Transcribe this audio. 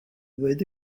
ddweud